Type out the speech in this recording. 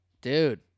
Dude